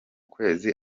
kwezi